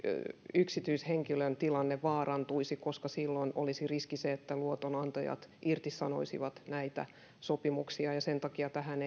yksityishenkilön tilanne vaarantuisi koska silloin olisi se riski että luotonantajat irtisanoisivat näitä sopimuksia ja sen takia tähän